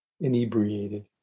inebriated